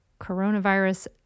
coronavirus